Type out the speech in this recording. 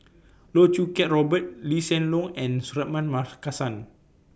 Loh Choo Kiat Robert Lee Hsien Loong and Suratman Markasan